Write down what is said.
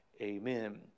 Amen